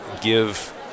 give